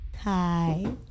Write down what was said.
Hi